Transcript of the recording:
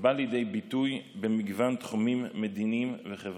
בא לידי ביטוי במגוון תחומים מדיניים וחברתיים: